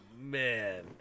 man